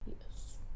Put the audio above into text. Yes